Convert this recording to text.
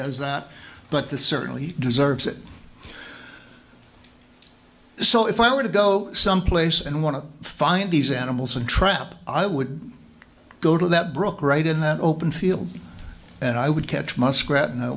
as that but that certainly deserves it so if i were to go someplace and want to find these animals and trap i would go to that brook right in that open field and i would catch